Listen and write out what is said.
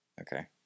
Okay